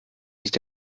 nicht